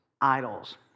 idols